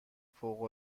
فوق